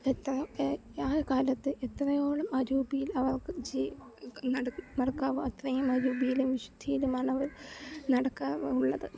എത്ര എ ആ കാലത്ത് എത്രയോളം അരൂപിയിൽ അവർക്ക് നടക്കാവോ അത്രയും അരൂപിയിലും വിശുദ്ധിയിലുമാണവർ നടക്കാറുള്ളത്